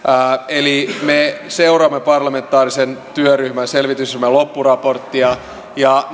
eli me seuraamme parlamentaarisen selvitysryhmän loppuraporttia ja